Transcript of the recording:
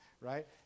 right